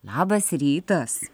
labas rytas